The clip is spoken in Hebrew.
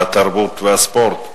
התרבות והספורט.